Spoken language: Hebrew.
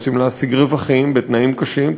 רוצים להשיג רווחים בתנאים קשים,